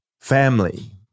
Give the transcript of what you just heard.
Family